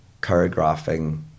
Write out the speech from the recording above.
choreographing